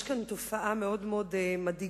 יש כאן תופעה מאוד מאוד מדאיגה,